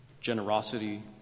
generosity